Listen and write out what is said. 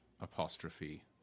apostrophe